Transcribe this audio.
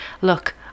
look